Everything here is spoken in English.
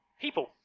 people